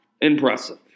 Impressive